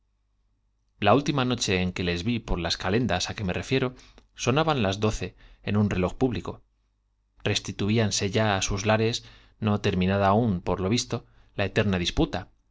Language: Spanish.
la última noche en que les vi me refiero sonaban las doce en un reloj público que hestituíanse ya á sus lares no terminada aún por lo caminaba ges visto la eterna disputa